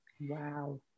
Wow